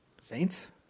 Saints